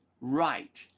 right